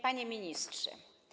Panie Ministrze!